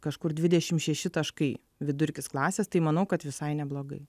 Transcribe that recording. kažkur dvidešim šeši taškai vidurkis klasės tai manau kad visai neblogai